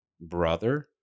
brother